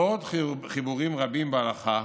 ועוד חיבורים רבים בהלכה,